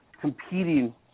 competing